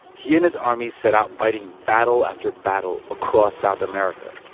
he and his armies set out fighting battle after battle across south america,